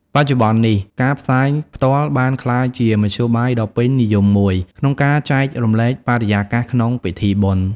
បច្ចុប្បន្ននេះ ការផ្សាយផ្ទាល់បានក្លាយជាមធ្យោបាយដ៏ពេញនិយមមួយក្នុងការចែករំលែកបរិយាកាសក្នុងពិធីបុណ្យ។